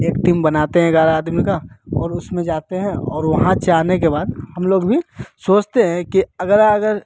एक टीम बनाते हैं ग्यारह आदमी का और उसमें जाते हैं और वहाँ जाने के बाद हम लोग भी सोचते हैं कि अगर अगर